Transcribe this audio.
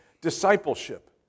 discipleship